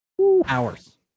Hours